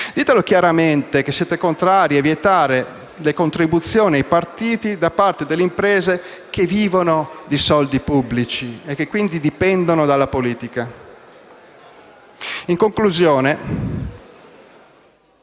Ditelo chiaramente che siete contrari a vietare le contribuzioni ai partiti da parte delle imprese che vivono di soldi pubblici e che quindi dipendono dalla politica. In conclusione,